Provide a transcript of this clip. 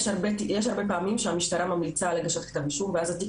יש הרבה פעמים שהמשטרה ממליצה על הגשת כתב אישום ואז התיק